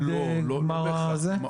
לא, לא בהכרח.